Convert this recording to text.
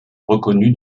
reconnue